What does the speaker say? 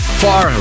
far